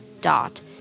dot